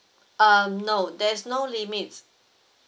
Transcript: um no there is no limit